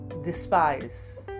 despise